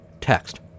Text